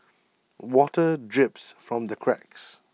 water drips from the cracks